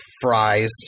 fries